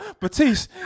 Batiste